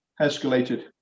escalated